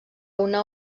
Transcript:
una